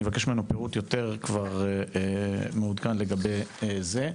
אבקש ממנו פירוט יותר מעודכן לגבי זה.